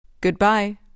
Goodbye